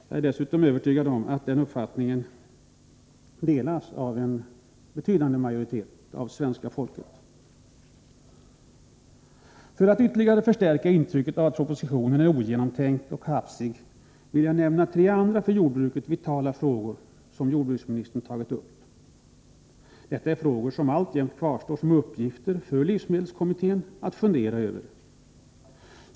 Jag är övertygad om att den uppfattningen delas av en betydande majoritet av svenska folket. För att ytterligare förstärka intrycket av att propositionen är ogenomtänkt och hafsig vill jag nämna tre andra för jordbruket vitala frågor som jordbruksministern tagit upp. Det är frågor som alltjämt kvarstår bland dem som livsmedelskommittén har att fundera över.